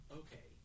okay